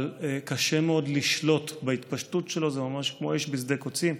קשה מאוד לשלוט בהתפשטות שלו וזה ממש כמו אש בשדה קוצים,